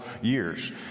years